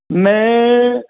मैं